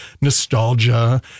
nostalgia